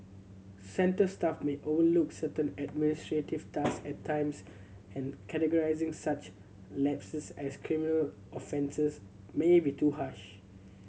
centre staff may overlook certain administrative task at times and categorising such lapses as criminal offences may be too harsh